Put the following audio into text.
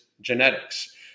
genetics